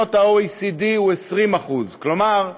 ובמדינות ה-OECD הוא 20%. כלומר,